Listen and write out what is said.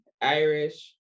Irish